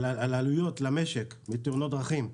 העלויות למשק מתאונות דרכים.